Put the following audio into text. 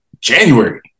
January